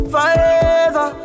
Forever